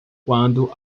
quando